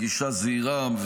גישה זהירה,